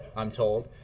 i'm told.